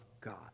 God